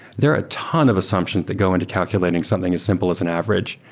there are a ton of assumptions that go into calculating something as simple as an average.